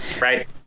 right